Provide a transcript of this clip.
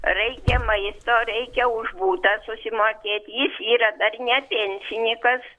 reikia maisto reikia už butą susimokėti jis yra dar ne pensininkas